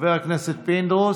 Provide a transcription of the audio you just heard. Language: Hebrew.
חבר הכנסת פינדרוס,